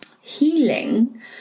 healing